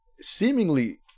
seemingly